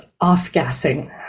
off-gassing